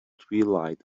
twilight